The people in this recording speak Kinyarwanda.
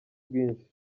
bwinshi